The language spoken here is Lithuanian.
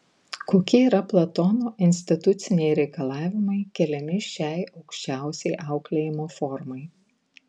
kokie yra platono instituciniai reikalavimai keliami šiai aukščiausiai auklėjimo formai